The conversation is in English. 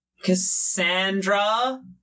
Cassandra